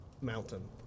mountain